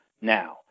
Now